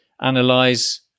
analyze